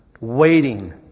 waiting